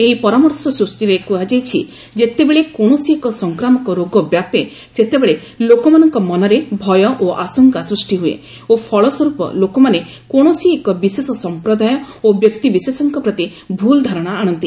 ଏହି ପରାମର୍ଶ ସୂଚୀରେ କୁହାଯାଇଛି ଯେତେବେଳେ କୌଣସି ଏକ ସଂକ୍ରାମକ ରୋଗ ବ୍ୟାପେ ସେତେବେଳେ ଲୋକମାନଙ୍କ ମନରେ ଭୟ ଓ ଆଶଙ୍କା ସୃଷ୍ଟି ହୁଏ ଓ ଫଳସ୍ୱରୂପ ଲୋକମାନେ କୌଣସି ଏକ ବିଶେଷ ସଂପ୍ରଦାୟ ଓ ବ୍ୟକ୍ତିବିଶେଷଙ୍କ ପ୍ରତି ଭୁଲ୍ ଧାରଣା ଆଶନ୍ତି